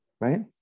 right